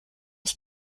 ich